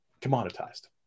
Commoditized